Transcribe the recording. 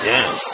Yes